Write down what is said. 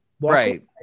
Right